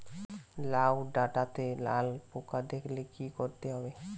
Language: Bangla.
লাউ ডাটাতে লাল পোকা দেখালে কি করতে হবে?